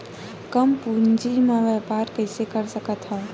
कम पूंजी म व्यापार कइसे कर सकत हव?